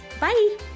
Bye